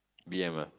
B M ah